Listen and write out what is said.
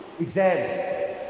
Exams